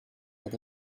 that